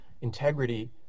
integrity